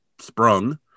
sprung